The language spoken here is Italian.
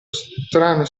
strano